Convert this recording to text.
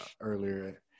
earlier